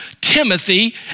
Timothy